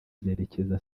zerekeza